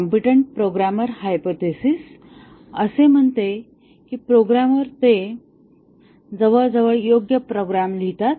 competent programmer hypothesis असे म्हणते की प्रोग्रामर ते जवळजवळ योग्य प्रोग्राम लिहितात